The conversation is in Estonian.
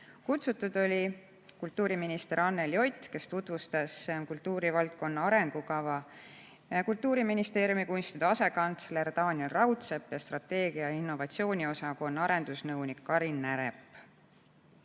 Kutsutud oli kultuuriminister Anneli Ott, kes tutvustas kultuurivaldkonna arengukava, Kultuuriministeeriumi kunstide asekantsler Taaniel Raudsepp ning strateegia- ja innovatsiooniosakonna arendusnõunik Karin Närep. Anneli